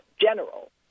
General